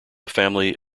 family